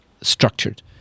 structured